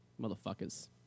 Motherfuckers